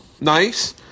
nice